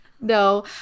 No